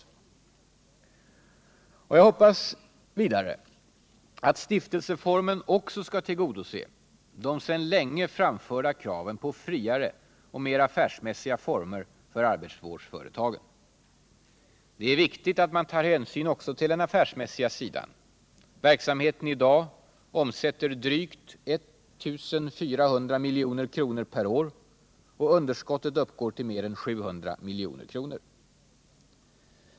21 Jag hoppas vidare att stiftelseformen skall tillgodose de sedan länge framförda kraven på friare och mer affärsmässiga former för arbetsvårdsföretagen. Vikten av att man tar hänsyn också till den affärsmässiga sidan framgår av att verksamheten i dag omsätter drygt 1400 milj.kr. per år och att underskottet uppgår till drygt 700 milj.kr.